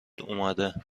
اومده